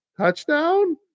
Touchdown